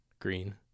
Green